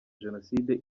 jenoside